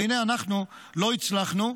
והינה אנחנו לא הצלחנו.